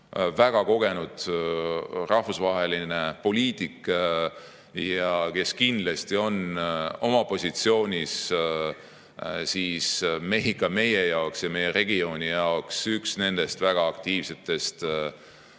väga kogenud rahvusvaheline poliitik ja kes kindlasti on oma positsioonis ka meie ja meie regiooni jaoks üks nendest väga aktiivsetest